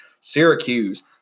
Syracuse